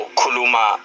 kuluma